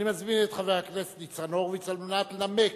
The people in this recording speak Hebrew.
אני מזמין את חבר הכנסת ניצן הורוביץ לנמק